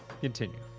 continue